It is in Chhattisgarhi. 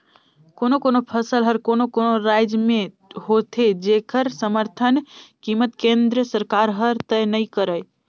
कोनो कोनो फसल हर कोनो कोनो रायज में होथे जेखर समरथन कीमत केंद्र सरकार हर तय नइ करय